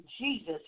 Jesus